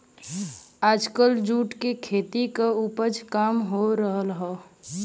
आजकल जूट क खेती क उपज काम हो रहल हौ